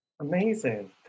Amazing